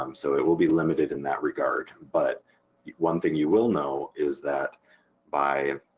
um so it will be limited in that regard. but one thing you will know is that by